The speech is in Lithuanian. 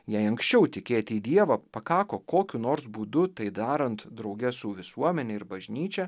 jei anksčiau tikėti į dievą pakako kokiu nors būdu tai darant drauge su visuomene ir bažnyčia